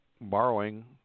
borrowing